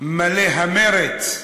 מלא המרץ,